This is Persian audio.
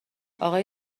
اقای